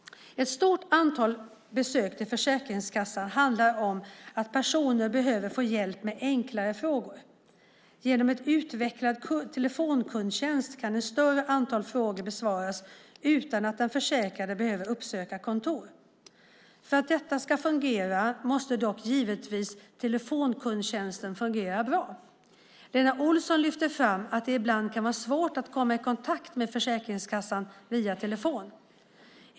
Ett stort antal besök på Försäkringskassan handlar om att personer behöver få hjälp med enklare frågor. Genom en utvecklad telefonkundtjänst kan ett större antal frågor besvaras utan att den försäkrade behöver uppsöka ett kontor. För att detta ska fungera måste dock givetvis telefonkundtjänsten fungera bra. Lena Olsson lyfter fram att det ibland kan vara svårt att komma i kontakt med Försäkringskassan via telefon.